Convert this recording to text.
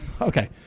Okay